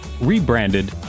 rebranded